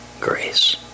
grace